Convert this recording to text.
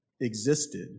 existed